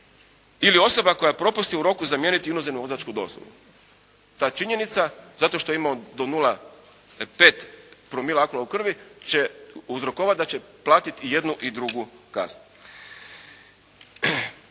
ili osoba koja propusti u roku zamijeniti inozemnu vozačku dozvolu. Ta činjenica zato što je imao do 0,5 promila alkohola u krvi će uzrokovati da će platiti i jednu i drugu kaznu.